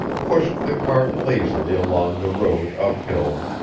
pushed the cart lazily along the road up-hill,